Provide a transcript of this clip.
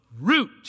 root